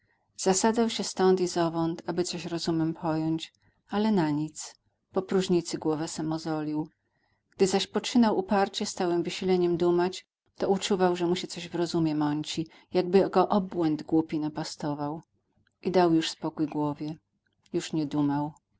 zasadzał się stąd i zowąd aby coś rozumem pojąć ale na nic popróżnicy głowę se mozolił gdy zaś poczynał uparcie z całym wysileniem dumać to uczuwał że mu się coś w rozumie mąci jakby gq obłęd głupi napastował i dał już spokój głowie już nie dumał